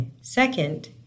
Second